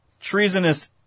treasonous